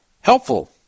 helpful